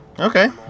Okay